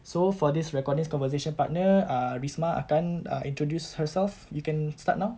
so for this recording's conversation partner err rismah akan uh introduce herself you can start now